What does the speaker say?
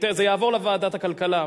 זה יעבור לוועדת הכלכלה,